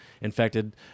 infected